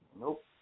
Nope